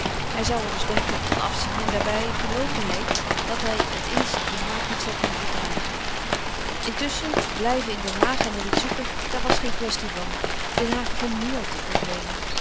hij zou er dus denkelijk van afzien en daarbij geloofde hij dat hij het indische klimaat niet zou kunnen verdragen intusschen blijven in den haag en er iets zoeken daar was geen kwestie van den haag begon nu al te vervelen